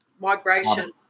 Migration